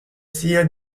sia